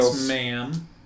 ma'am